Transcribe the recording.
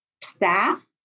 staff